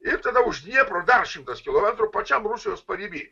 ir tada už dniepro dar šimtas kilometrų kilometrų pačiam rusijos pariby